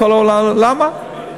למה?